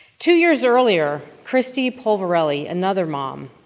two years earlier, christy polverelli, another mom,